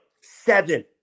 seven